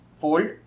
fold